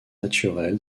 naturelles